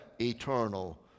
eternal